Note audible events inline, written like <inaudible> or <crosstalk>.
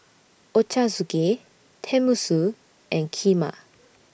Ochazuke Tenmusu and Kheema <noise>